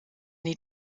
die